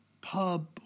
pub